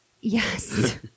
yes